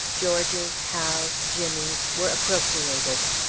george's, hal's, jimmy's, were appropriated.